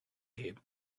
him